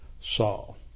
Saul